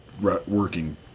Working